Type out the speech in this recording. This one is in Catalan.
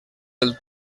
del